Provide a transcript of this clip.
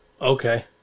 Okay